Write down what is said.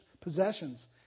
possessions